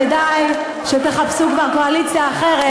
כדאי שתחפשו כבר קואליציה אחרת,